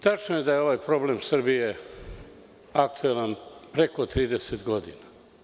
Tačno je da je ovaj problem Srbije aktuelan preko 30 godina.